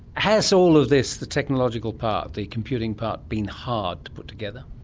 has all of this, the technological part, the computing part, been hard to put together?